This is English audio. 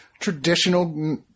traditional